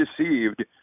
deceived